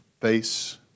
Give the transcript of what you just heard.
face